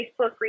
Facebook